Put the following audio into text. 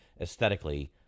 aesthetically